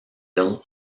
long